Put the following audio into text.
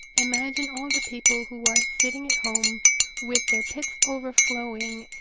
imagine all of the people who are sitting at home with their pits overflowing.